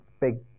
big